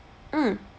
mm